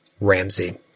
Ramsey